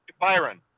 Byron